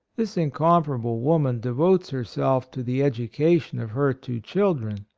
this incom parable woman devotes herself to the education of her two children,